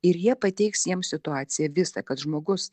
ir jie pateiks jiems situaciją visa kad žmogus